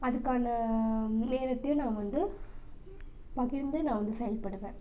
அதுக்கான நேரத்தையும் நான் வந்து பகிர்ந்து நான் வந்து செயல்படுவேன்